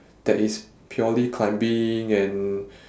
that is purely climbing and